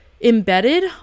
embedded